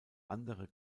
andere